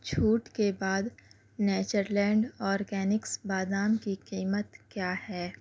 چھوٹ کے بعد نیچر لینڈ اورگینکس بادام کی قیمت کیا ہے